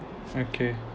okay